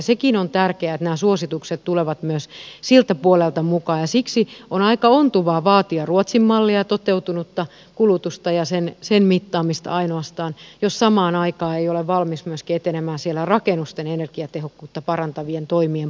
sekin on tärkeää että nämä suositukset tulevat myös siltä puolelta mukaan ja siksi on aika ontuvaa vaatia ruotsin mallia ja ainoastaan toteutuneen kulutuksen mittaamista jos samaan aikaan ei ole valmis myöskin etenemään siellä rakennusten energiatehokkuutta parantavien toimien puolella